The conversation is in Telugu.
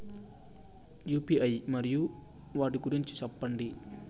యు.పి.ఐ మరియు వాటి గురించి సెప్పండి?